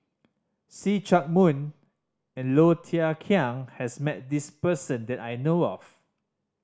See Chak Mun and Low Thia Khiang has met this person that I know of